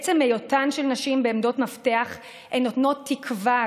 היא שבעצם היותן של נשים בעמדות מפתח הן נותנות תקווה,